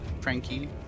Frankie